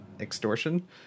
extortion